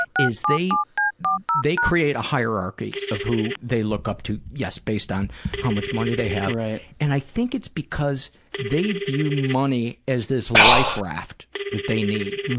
is they they create a hierarchy of who they look up to, yes, based on how much money they have pauly right. and i think it's because they view money as this life raft that they need,